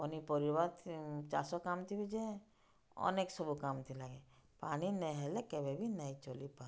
ପନିପରିବା ଚାଷ କାମ ଥିବ ବି ଯେ ଅନେକ୍ ସବୁ କାମ୍ଥିଲାଗେ ପାଣି ନେହେଲେ କେବେ ବି ନାଇଁ ଚଲିପାରୁ